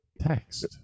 text